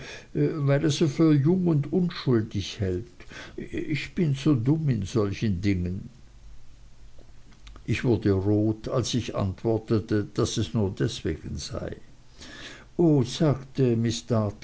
weil er sie für jung und unschuldig hält ich bin so dumm in solchen dingen ich wurde rot als ich antwortete daß es nur deswegen sei o sagte